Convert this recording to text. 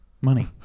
money